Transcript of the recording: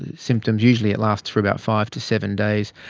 symptoms, usually it lasts for about five to seven days,